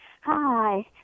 Hi